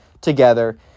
together